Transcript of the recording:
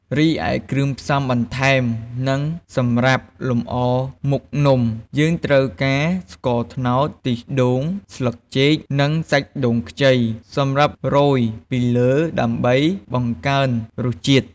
រីឯ គ្រឿងផ្សំបន្ថែម និងសម្រាប់លម្អមុខនំ យើងត្រូវការ ស្ករត្នោត ខ្ទិះដូង ស្លឹកចេក និងសាច់ដូងខ្ចី សម្រាប់រោយពីលើ ដើម្បីបង្កើនរសជាតិ។